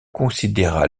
considéra